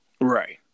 Right